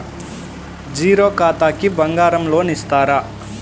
Zero ఖాతాకి బంగారం loan ఇస్తారా?